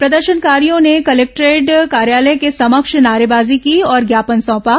प्रदर्शनकारियों ने कलेक्टोरेट कार्यालय के समक्ष नारेबाजी की और ज्ञापन सौंपा